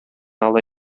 ала